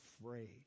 afraid